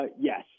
yes